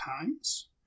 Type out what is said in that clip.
Times